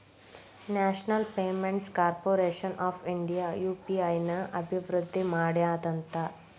national payments corporation of India UPI ನ ಅಭಿವೃದ್ಧಿ ಮಾಡ್ಯಾದಂತ